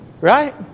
Right